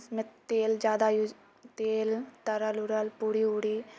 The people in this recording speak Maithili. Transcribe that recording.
उसमे तेल जादा यूज तेल तरल ऊरल पूरी ऊरी